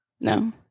No